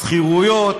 שכירויות,